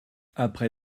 après